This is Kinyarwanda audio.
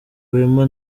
wema